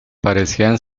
parecían